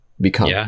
become